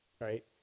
right